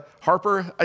Harper